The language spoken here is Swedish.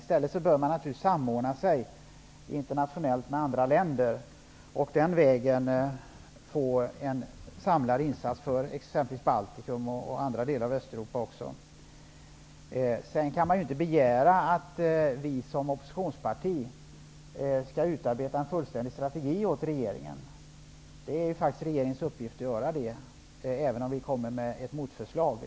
I stället bör man samordna insatserna med andra länder och den vägen få en samlad insats t.ex. för Baltikum och andra delar av Östeuropa. Man kan inte begära att vi som oppositionsparti skall utarbeta en fullständig strategi åt regeringen. Det är faktiskt regeringens uppgift att göra det, även om vi kommer med ett motförslag.